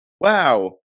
wow